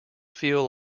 feel